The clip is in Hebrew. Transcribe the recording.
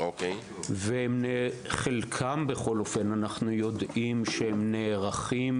ועל חלקן אנחנו יודעים שהן נערכות,